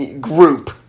group